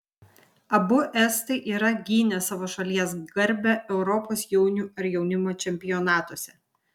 abu estai yra gynę savo šalies garbę europos jaunių ar jaunimo čempionatuose